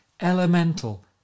elemental